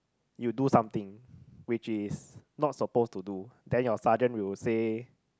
you do something which is not supposed to do then your sergent will say